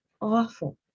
awful